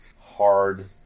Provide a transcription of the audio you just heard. hard